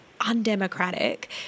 undemocratic